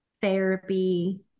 therapy